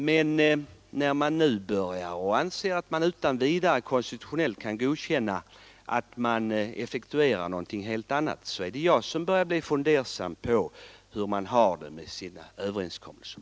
Men när man nu börjar anse att man utan vidare konstitutionellt kan godkänna att någonting helt annat effektueras blir jag fundersam över hur det ligger till med överenskommelsen.